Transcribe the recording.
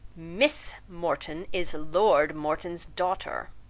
miss morton is lord morton's daughter.